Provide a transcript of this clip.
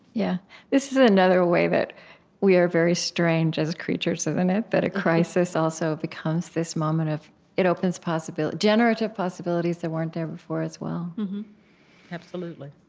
yeah this is another way that we are very strange as creatures, isn't it, that a crisis also becomes this moment of it opens generative possibilities that weren't there before, as well absolutely